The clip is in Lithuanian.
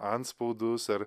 antspaudus ar